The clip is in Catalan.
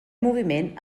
moviment